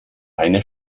eine